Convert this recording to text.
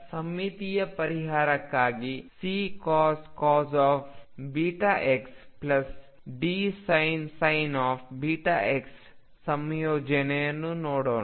ಈಗ ಸಮ್ಮಿತೀಯ ಪರಿಹಾರಕ್ಕಾಗಿ Ccos βx Dsin βx ಸಂಯೋಜನೆಯನ್ನು ನೋಡೋಣ